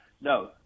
No